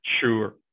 Sure